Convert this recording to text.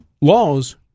Laws